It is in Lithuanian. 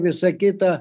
visa kita